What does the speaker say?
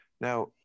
Now